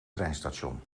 treinstation